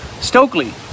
Stokely